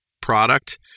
product